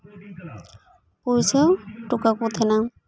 ᱯᱳᱣᱪᱷᱟᱹᱣ ᱦᱚᱴᱚ ᱠᱟᱠᱚ ᱛᱟᱦᱮᱱᱟ